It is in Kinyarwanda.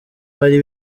bari